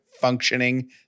functioning